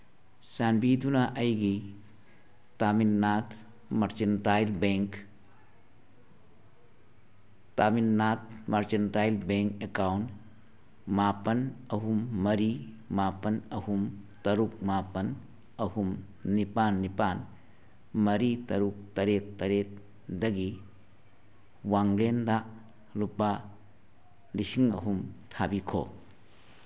ꯆꯥꯟꯕꯤꯗꯨꯅ ꯑꯩꯒꯤ ꯇꯥꯃꯤꯜꯅꯥꯠ ꯃꯔꯆꯤꯟꯇꯥꯏꯜ ꯕꯦꯡ ꯇꯥꯃꯤꯜꯅꯥꯠ ꯃꯔꯆꯤꯟꯇꯥꯏꯜ ꯕꯦꯡ ꯑꯦꯀꯥꯎꯟ ꯃꯥꯄꯟ ꯑꯍꯨꯝ ꯃꯔꯤ ꯃꯥꯄꯟ ꯑꯍꯨꯝ ꯇꯔꯨꯛ ꯃꯥꯄꯟ ꯑꯍꯨꯝ ꯅꯤꯄꯥꯟ ꯅꯤꯄꯥꯟ ꯃꯔꯤ ꯇꯔꯨꯛ ꯇꯔꯦꯠ ꯇꯔꯦꯠꯗꯒꯤ ꯋꯥꯡꯂꯦꯟꯗ ꯂꯨꯄꯥ ꯂꯤꯁꯤꯡ ꯑꯍꯨꯝ ꯇꯥꯕꯤꯈꯣ